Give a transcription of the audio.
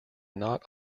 not